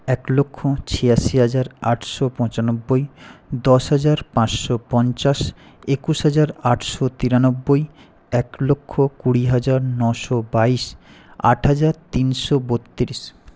এক লক্ষ ছিয়াশি হাজার আটশো পঁচানব্বই দশ হাজার পাঁচশো পঞ্চাশ একুশ হাজার আটশো তিরানব্বই এক লক্ষ কুড়ি হাজার নশো বাইশ আট হাজার তিনশো বত্রিশ